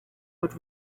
would